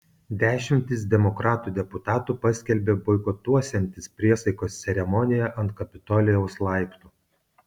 dešimtys demokratų deputatų paskelbė boikotuosiantys priesaikos ceremoniją ant kapitolijaus laiptų